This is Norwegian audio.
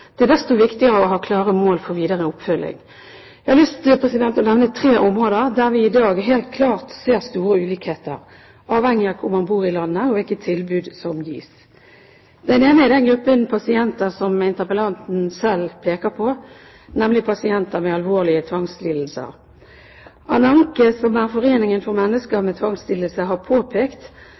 Det er desto viktigere å ha klare mål for videre oppfølging. Jeg har lyst til å nevne tre områder der vi i dag helt klart ser store ulikheter, avhengig av hvor man bor i landet og hvilke tilbud som gis. Det ene området gjelder den gruppen pasienter som interpellanten selv peker på, nemlig pasienter med alvorlige tvangslidelser. ANANKE, som er foreningen for mennesker med tvangslidelser, har påpekt